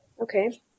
Okay